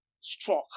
struck